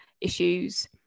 issues